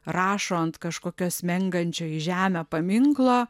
rašo ant kažkokio smengančio į žemę paminklo